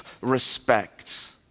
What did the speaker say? respect